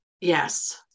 Yes